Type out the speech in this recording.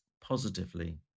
positively